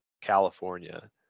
california